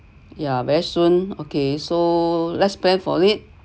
ya very soon okay so let's plan for it